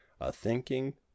A-thinking